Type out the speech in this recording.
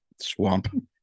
swamp